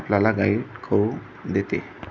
आपल्याला गाईड करून देते